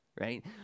right